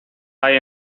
hay